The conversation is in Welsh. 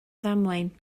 ddamwain